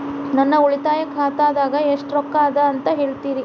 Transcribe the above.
ನನ್ನ ಉಳಿತಾಯ ಖಾತಾದಾಗ ಎಷ್ಟ ರೊಕ್ಕ ಅದ ಅಂತ ಹೇಳ್ತೇರಿ?